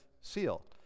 seal